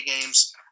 games